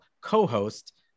co-host